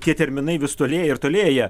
tie terminai vis tolėja ir tolėja